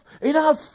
enough